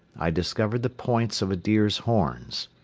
i discovered the points of a deer's horns.